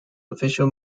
official